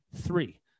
Three